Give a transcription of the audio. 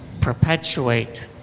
perpetuate